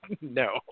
No